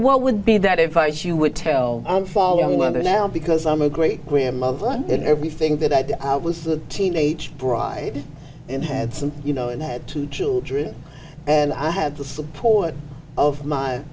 what would be that if i she would tell i'm following letter now because i'm a great grandmother london everything that i was a teenage bride and had some you know and i had two children and i had the support of my